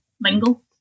mingle